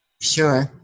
Sure